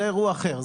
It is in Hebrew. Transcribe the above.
זה אירוע אחר,